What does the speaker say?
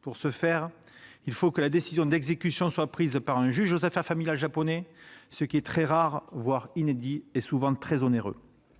possible que si la décision d'exécution est prise par un juge aux affaires familiales japonais, ce qui est très rare, voire inédit, et souvent très onéreux.